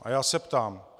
A já se ptám: